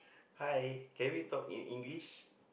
hi can we talk in English